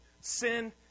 sin